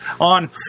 on